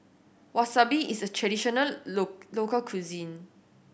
wasabi is a traditional local cuisine